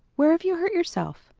where have you hurt yourself?